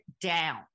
down